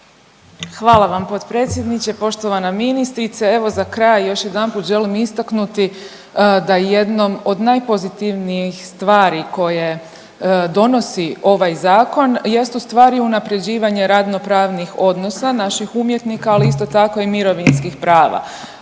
Hvala vam potpredsjedniče. Poštovana ministrice, evo za kraj još jedanput želim istaknuti da jednom od najpozitivnijih stvari koje donosi ovaj zakon jest ustvari unapređivanje radnopravnih odnosa našim umjetnika, ali isto tako i mirovinskih prava.